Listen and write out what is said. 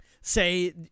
say